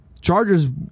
chargers